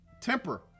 Temper